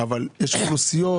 אבל יש אוכלוסיות,